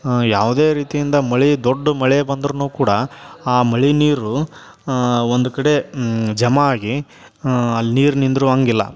ಯಾವುದೇ ರೀತಿಯಿಂದ ಮಳೆ ದೊಡ್ಡ ಮಳೆ ಬಂದ್ರೂ ಕೂಡ ಆ ಮಳೆ ನೀರು ಒಂದು ಕಡೆ ಜಮಾ ಆಗಿ ಅಲ್ಲಿ ನೀರು ನಿದ್ರುವಂಗಿಲ್ಲ